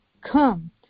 come